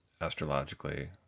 astrologically